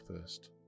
first